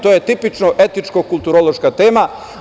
To je tipično etičko-kulturološka tema.